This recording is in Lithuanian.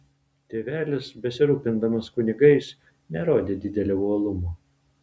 tėvelis besirūpindamas kunigais nerodė didelio uolumo